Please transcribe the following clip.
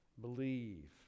believe